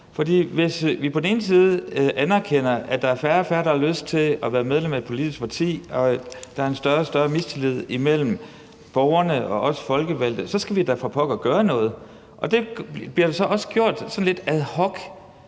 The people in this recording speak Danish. hvis vi anerkender, at der er færre og færre, der har lyst til at være medlem af et politisk parti, og der er en større og større mistillid imellem borgerne og os folkevalgte, skal vi da for pokker gøre noget, og det bliver der så også gjort sådan lidt ad hoc.